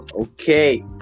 Okay